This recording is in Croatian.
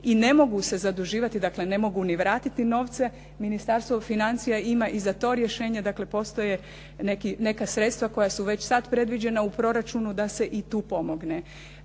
i ne mogu se zaduživati, dakle ne mogu ni vratiti novce ministarstvo financija ima i za to rješenje. Dakle, postoje neka sredstva koja su već sad predviđena u proračunu da se i tu pomogne.